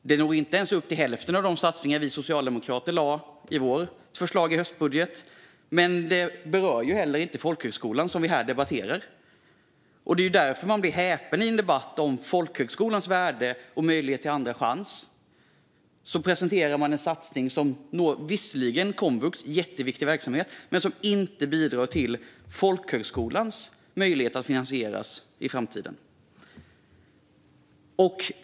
Det når inte ens upp till hälften av de satsningar vi socialdemokrater lade fram i vårt förslag till höstbudget, och det berör heller inte folkhögskolan, som vi här debatterar. Därför blir jag häpen. I en debatt om folkhögskolans värde och möjligheten till en andra chans presenterar man en satsning som visserligen når komvux - det är en jätteviktig verksamhet - men inte bidrar till folkhögskolans möjlighet att finansieras i framtiden.